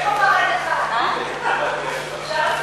יש פה חרדים, שניים.